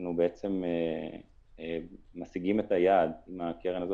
אנחנו משיגים את היעד עם הקרן הזאת.